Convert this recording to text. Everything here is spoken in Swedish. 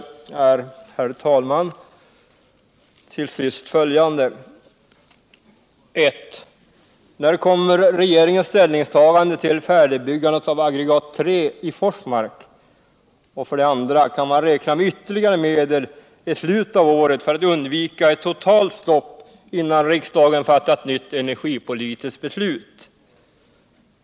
herr talman, är följande: 2. Kan man räkna med vtterlipare medel i slutet av året för att undvika ett totalt stopp innan riksdagen fattar ett nytt energipolitiskt beslut?